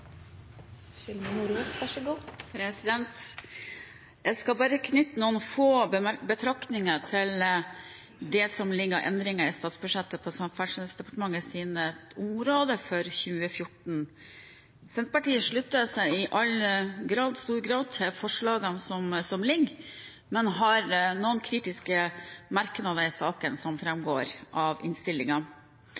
Jeg skal bare knytte noen få betraktninger til det som foreligger av endringer i statsbudsjettet på Samferdselsdepartementets område for 2014. Senterpartiet slutter seg i stor grad til forslagene som foreligger, men har noen kritiske merknader i saken, som